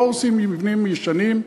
לא הורסים מבנים ישנים,